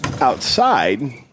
outside